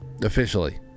Officially